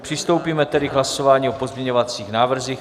Přistoupíme tedy k hlasování o pozměňovacích návrzích.